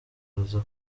baza